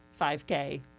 5k